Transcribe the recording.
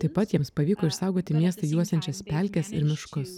taip pat jiems pavyko išsaugoti miestą juosiančias pelkes ir miškus